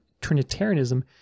Trinitarianism